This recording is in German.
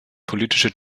politische